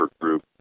group